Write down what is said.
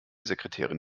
sekretärin